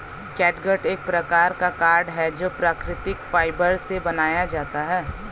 catgut एक प्रकार का कॉर्ड है जो प्राकृतिक फाइबर से बनाया जाता है